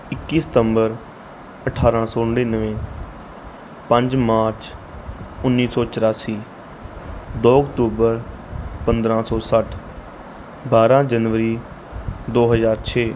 ਇੱਕੀ ਸਤੰਬਰ ਅਠਾਰਾਂ ਸੌ ਨੜਿਨਵੇਂ ਪੰਜ ਮਾਰਚ ਉੱਨੀ ਸੌ ਚੁਰਾਸੀ ਦੋ ਅਕਤੂਬਰ ਪੰਦਰਾਂ ਸੌ ਸੱਠ ਬਾਰ੍ਹਾਂ ਜਨਵਰੀ ਦੋ ਹਜ਼ਾਰ ਛੇ